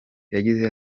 yagize